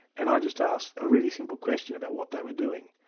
and i just asked a really simple question about what they were doing.